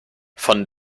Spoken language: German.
von